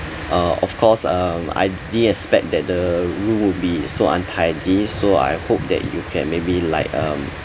uh of course um I didn't expect that the room would be so untidy so I hope that you can maybe like um